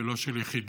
ולא של יחידים.